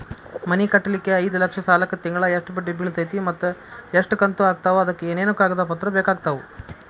ಮನಿ ಕಟ್ಟಲಿಕ್ಕೆ ಐದ ಲಕ್ಷ ಸಾಲಕ್ಕ ತಿಂಗಳಾ ಎಷ್ಟ ಬಡ್ಡಿ ಬಿಳ್ತೈತಿ ಮತ್ತ ಎಷ್ಟ ಕಂತು ಆಗ್ತಾವ್ ಅದಕ ಏನೇನು ಕಾಗದ ಪತ್ರ ಬೇಕಾಗ್ತವು?